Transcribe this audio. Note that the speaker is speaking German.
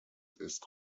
ist